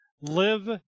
live